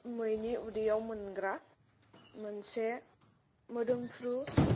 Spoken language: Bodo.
मैनि उदैयाव मोनग्रा मोनसे मोदोमफ्रु